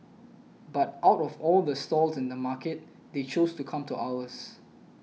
but out of all the stalls in the market they chose to come to ours